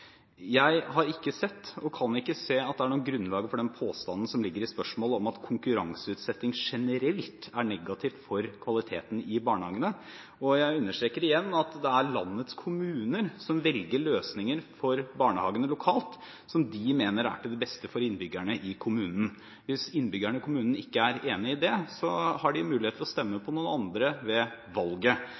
Jeg har ikke sett, og kan ikke se, at det er noe grunnlag for den påstanden som ligger i spørsmålet, om at konkurranseutsetting generelt er negativt for kvaliteten i barnehagene, og jeg understreker igjen at det er landets kommuner som velger løsninger for barnehagene lokalt som de mener er til det beste for innbyggerne i kommunen. Hvis innbyggerne i kommunen ikke er enig i det, har de mulighet til å stemme på noen andre ved valget.